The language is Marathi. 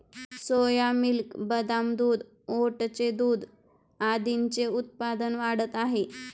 सोया मिल्क, बदाम दूध, ओटचे दूध आदींचे उत्पादन वाढत आहे